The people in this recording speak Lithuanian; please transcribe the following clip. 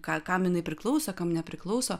ką kam jinai priklauso kam nepriklauso